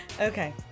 Okay